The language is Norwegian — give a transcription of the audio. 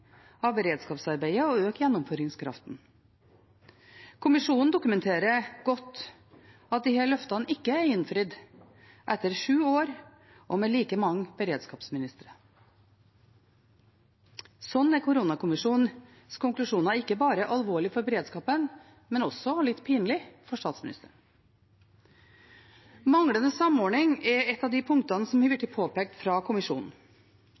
av beredskapsarbeidet og øke gjennomføringskraften. Kommisjonen dokumenterer godt at disse løftene ikke er innfridd etter sju år – og med like mange beredskapsministre. Slik er koronakommisjonens konklusjoner ikke bare alvorlig for beredskapen, men også litt pinlig for statsministeren. Manglende samordning er ett av de punktene som har blitt påpekt fra kommisjonen.